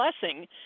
blessing